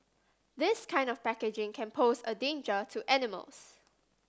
this kind of packaging can pose a danger to animals